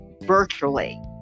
virtually